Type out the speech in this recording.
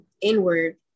inward